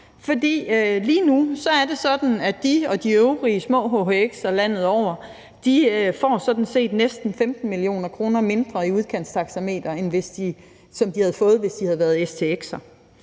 for lige nu er det sådan, at de og de øvrige små hhx'er landet over sådan set får næsten 15 mio. kr. mindre i udkantstaxameter, end de havde fået, hvis de havde været stx'er.